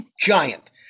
Giant